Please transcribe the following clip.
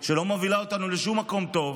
שלא מובילה אותנו לשום מקום טוב,